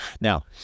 now